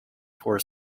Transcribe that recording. for